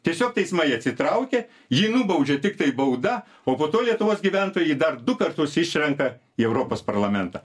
tiesiog teismai atsitraukė jį nubaudžia tiktai bauda o po to lietuvos gyventojai jį dar du kartus išrenka į europos parlamentą